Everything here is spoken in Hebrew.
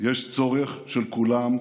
יש צורך של כולם,